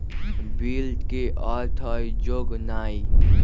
bill के अर्थ हइ जोगनाइ